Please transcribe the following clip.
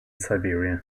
siberia